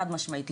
חד משמעית.